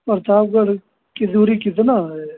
प्रतापगढ़ की दूरी कितना है